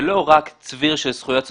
זה לא רק צביר של זכויות סוציאליות.